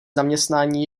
zaměstnání